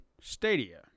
Stadia